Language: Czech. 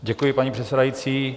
Děkuji, paní předsedající.